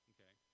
Okay